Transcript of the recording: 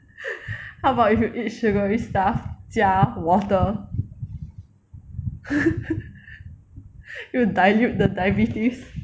how about if you eat sugary stuff 加 water you dilute the diabetes